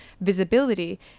visibility